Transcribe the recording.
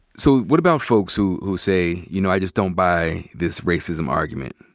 so what about folks who who say, you know, i just don't buy this racism argument.